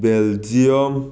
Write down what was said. Belgium